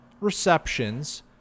receptions